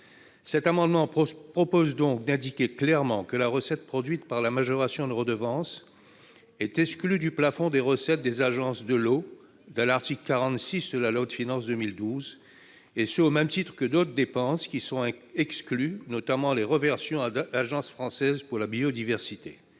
cet amendement, il s'agit d'indiquer clairement que la recette produite par la majoration de redevance est exclue du plafond des recettes des agences de l'eau, définies dans l'article 46 de la loi de finances 2012, et ce au même titre que d'autres dépenses, notamment les reversions à l'Agence française pour la biodiversité